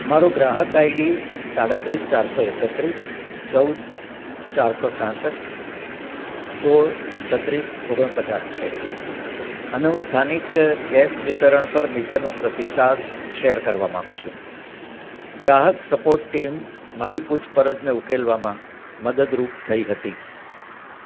મારો ગ્રાહક આઈડી સાડત્રીસ ચારસો એકત્રીસ ચૌદ ચારસો છાસઠ સોળ છત્રીસ ઓગણપચાસ છે અને હું સ્થાનિક ગેસ વિતરણ પર નીચેનો પ્રતિસાદ શેર કરવા માગું છુ ગ્રાહક સપોર્ટ ટીમ મારી પૂછપરછને ઉકેલવામાં મદદરૂપ થઈ હતી